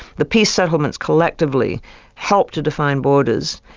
the peace settlements collectively helped to define borders,